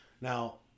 Now